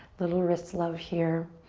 little wrist love here.